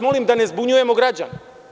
Molim vas da ne zbunjujemo građane.